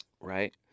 right